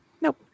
Nope